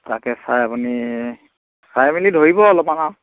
তাকে চাই আপুনি চাই মেলি ধৰিব অলপমান আৰু